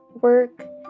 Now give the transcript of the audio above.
work